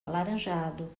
alaranjado